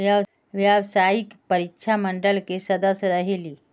व्यावसायिक परीक्षा मंडल के सदस्य रहे ली?